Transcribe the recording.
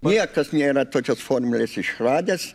niekas nėra tokios formulės išradęs